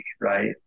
right